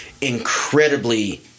incredibly